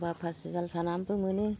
एखनबा फासि जाल सानानैबो मोनो